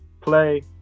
Play